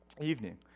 evening